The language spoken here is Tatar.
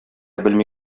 белми